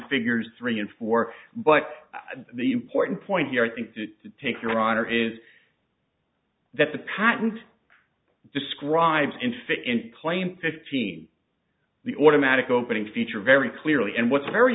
figures three and four but the important point here i think to take your honor is that the patent describes in fit in plain fifty the automatic opening feature very clearly and what's very